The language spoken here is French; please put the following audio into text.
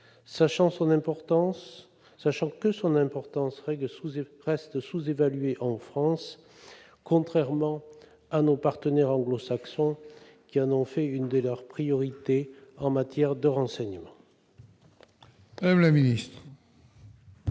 sachant que son importance reste sous-évaluée en France, contrairement à nos partenaires anglo-saxons qui en ont fait une de leurs priorités en matière de renseignement. La parole est